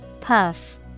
Puff